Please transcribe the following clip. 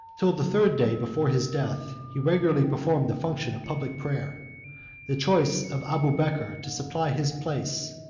till the third day before his death, he regularly performed the function of public prayer the choice of abubeker to supply his place,